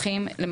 רופאות,